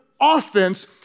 offense